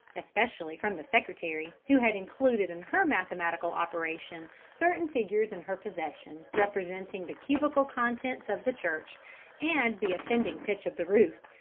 especially from the secretary, who had included in her mathematical operation certain figures in her possession representing the cubical contents of the church and the offending pitch of the roof,